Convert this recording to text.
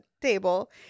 table